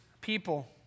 people